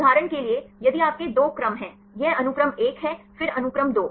उदाहरण के लिए यदि आपके दो क्रम हैं यह अनुक्रम 1 है फिर अनुक्रम 2